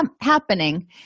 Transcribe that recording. happening